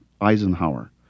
Eisenhower